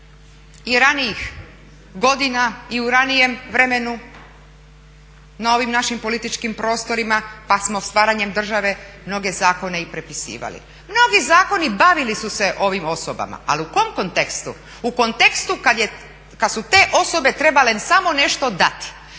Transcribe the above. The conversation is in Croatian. i ranijih godina i u ranijem vremenu na ovim našim političkim prostorima pa smo stvaranjem države mnoge zakone i prepisivali. Mnogi zakoni bavili su se ovim osobama, ali u kom kontekstu? U kontekstu kad su te osobe trebale samo nešto dati,